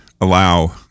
allow